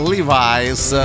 Levi's